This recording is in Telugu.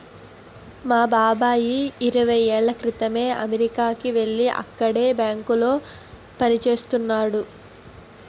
మా బాబాయి ఇరవై ఏళ్ళ క్రితమే అమెరికాకి యెల్లి అక్కడే బ్యాంకులో పనిజేత్తన్నాడు